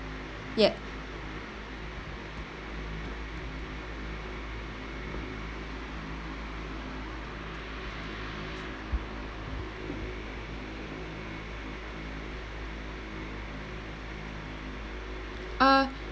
ya uh